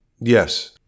Yes